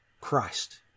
Christ